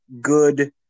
good